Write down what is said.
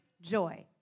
joy